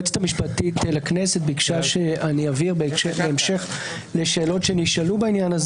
שנמצאת פה עכשיו תמשיך כי ליבת העשייה של מדינת ישראל היא על מהותה,